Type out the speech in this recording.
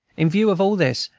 in view of all this,